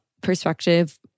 perspective